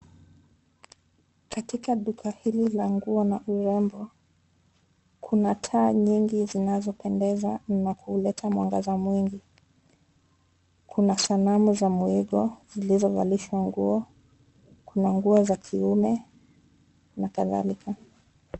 Katika duka hili la nguo na urembo, kuna taa nyingi zinazopendeza na kuleta mwangaza mwingi. Kuna sanamu za muigo zilizovalishwa nguo, kuna nguo za kiume na kadhalika.